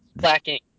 Lacking